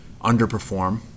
underperform